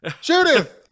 Judith